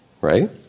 right